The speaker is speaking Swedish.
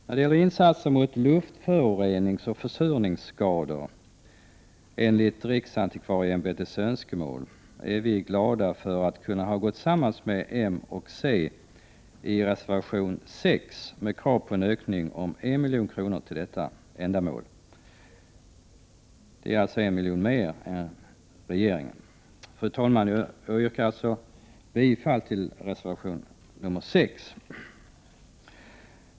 När det gäller insatser mot luftföroreningsoch försurningsskador enligt riksantikvarieämbetets önskemål är vi glada för att ha kunnat gå tillsammans med m och c i reservation 6 med krav på en ökning om 1 milj.kr. till detta ändamål utöver vad regeringen föreslår. Fru talman! Jag yrkar alltså bifall till reservation 6.